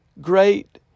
great